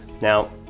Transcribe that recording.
Now